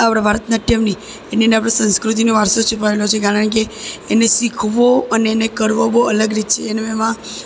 આપણા ભરતનાટ્યમની એની અંદર આપણો સંસ્કૃતિનો વારસો છુપાયેલો છે કારણ કે એને શીખવો અને એને કરવો બહુ અલગ રીત છે એમાં